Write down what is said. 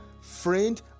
friend